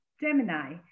gemini